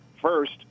first